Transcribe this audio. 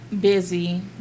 busy